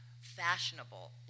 fashionable